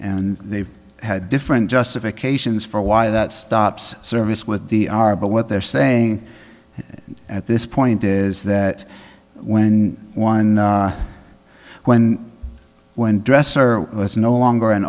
and they've had different justifications for why that stops service with the our but what they're saying at this point is that when one when when dresser was no longer an